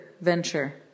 venture